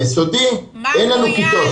ביסודי אין לנו כיתות.